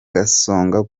gasongo